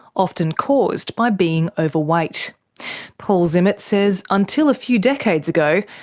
often caused by being overweight. paul zimmet says until a few decades ago,